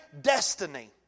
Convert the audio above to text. destiny